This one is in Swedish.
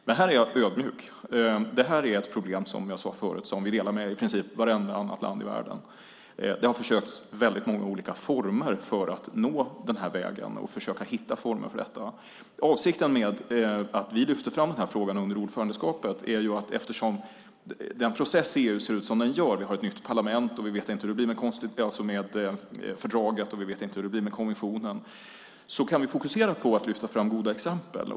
Men här är jag ödmjuk. Det här är ett problem som vi, som jag sade förut, delar med i princip vartenda annat land i världen. Väldigt många olika vägar har försökts för att hitta former för detta. Avsikten med att vi lyfter fram den här frågan under ordförandeskapet är ju att vi, eftersom processen i EU ser ut som den gör - vi har ett nytt parlament, vi vet inte hur det blir med fördraget och vi vet inte hur det blir med kommissionen - kan fokusera på att lyfta fram goda exempel.